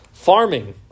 Farming